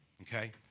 Okay